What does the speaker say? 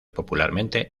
popularmente